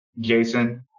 Jason